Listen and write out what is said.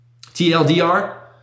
TLDR